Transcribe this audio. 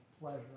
pleasure